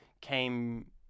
came